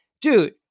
dude